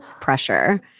pressure